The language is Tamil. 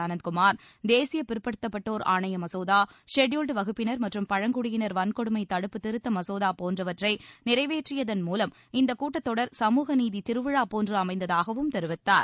அனந்த்குமார் தேசிய பிற்படுத்தப்பட்டோர் ஆணைய மசோதா ஷெட்யூல்டு வகுப்பினர் மற்றும் பழங்குடியினர் வன்கொடுமை தடுப்பு திருத்த மசோதா போன்றவற்றை நிறைவேற்றியதன் மூவம் இந்தக் கூட்டத்தொடர் சமூகநீதி திருவிழா போன்று அமைந்ததாகவும் தெரிவித்தார்